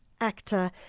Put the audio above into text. actor